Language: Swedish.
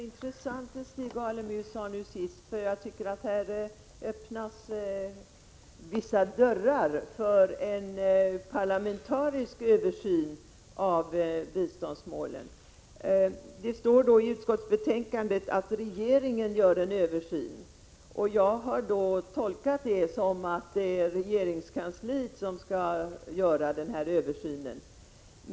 Herr talman! Det Stig Alemyr sade i sitt sista anförande var intressant. Jag tycker att det öppnar vissa dörrar för en parlamentarisk översyn av biståndsmålen. Det står i utskottsbetänkandet att regeringen skall göra en översyn, och jag tolkar detta så att det är regeringskansliet som skall göra den.